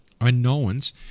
Unknowns